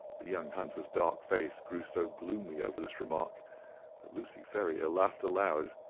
the young hunter's dark face grew so gloomy over this remark that lucy ferrier laughed aloud.